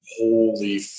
holy